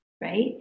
right